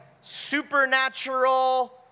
supernatural